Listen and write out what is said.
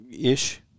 Ish